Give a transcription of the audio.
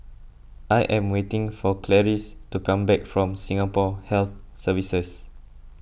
I am waiting for Clarice to come back from Singapore Health Services